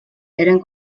eren